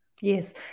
Yes